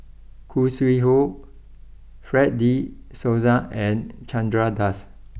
Khoo Sui Hoe Fred De Souza and Chandra Das